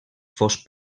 fos